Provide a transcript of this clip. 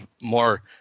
more